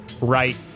right